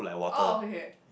oh okay okay